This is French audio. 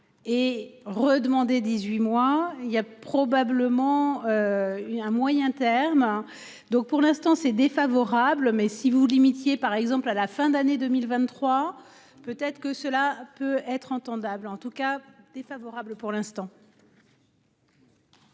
Et redemander 18 mois il y a probablement. Il y a un moyen terme. Donc pour l'instant c'est défavorable mais si vous voulez métier par exemple à la fin d'année 2023. Peut-être que cela peut être entendable en tout cas défavorable pour l'instant.